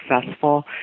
successful